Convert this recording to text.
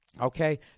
Okay